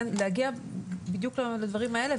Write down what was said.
להגיע בדיוק לדברים האלה,